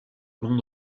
bande